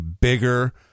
Bigger